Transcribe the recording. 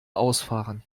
ausfahren